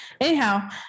Anyhow